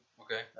Okay